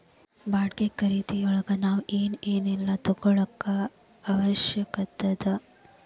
ಬಾಡ್ಗಿ ಖರಿದಿಯೊಳಗ್ ನಾವ್ ಏನ್ ಏನೇಲ್ಲಾ ತಗೊಳಿಕ್ಕೆ ಅವ್ಕಾಷದ?